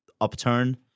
upturn